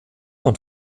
und